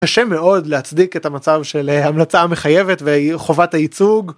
קשה מאוד להצדיק את המצב של ההמלצה המחייבת והיא חובת הייצוג.